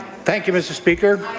thank you, mr. speaker.